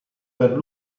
per